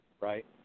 right